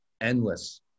endless